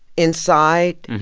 inside,